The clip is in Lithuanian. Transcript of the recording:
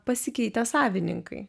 pasikeitė savininkai